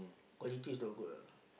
quality is not good ah